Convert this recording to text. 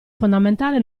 fondamentale